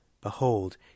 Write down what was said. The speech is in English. Behold